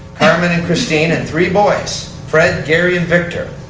carmen and christine and three boys, fred, gary and victor.